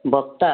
ବସ୍ତା